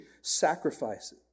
sacrifices